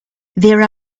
there